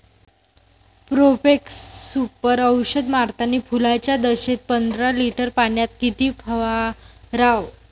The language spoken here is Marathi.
प्रोफेक्ससुपर औषध मारतानी फुलाच्या दशेत पंदरा लिटर पाण्यात किती फवाराव?